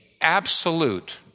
absolute